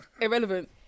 irrelevant